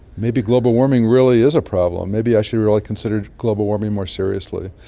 maybe global warming really is a problem, maybe i should really consider global warming more seriously.